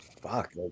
Fuck